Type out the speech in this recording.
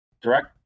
direct